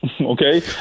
okay